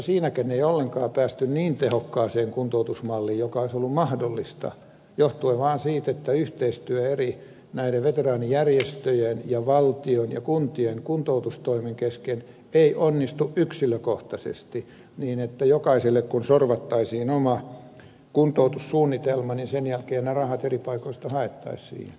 siinäkään ei ollenkaan päästy niin tehokkaaseen kuntoutusmalliin joka olisi ollut mahdollista johtuen vaan siitä että yhteistyö näiden eri veteraanijärjestöjen ja valtion ja kuntien kuntoutustoimen kesken ei onnistu yksilökohtaisesti niin että jokaiselle kun sorvattaisiin oma kuntoutussuunnitelma niin sen jälkeen ne rahat eri paikoista haettaisiin siihen